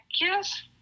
Yes